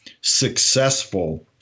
successful